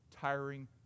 tiring